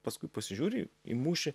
paskui pasižiūri į mūšį